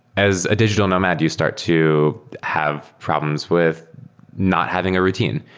as a digital nomad, you start to have problems with not having a routine,